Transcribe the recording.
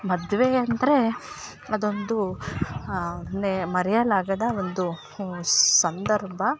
ಮದುವೆ ಅಂದರೆ ಅದೊಂದು ನೆ ಮರೆಯಲಾಗದ ಒಂದು ಸಂದರ್ಭ